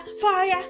fire